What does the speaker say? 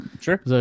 Sure